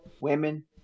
women